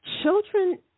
Children